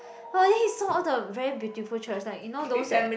!wah! then he saw all the very beautiful church like you know those at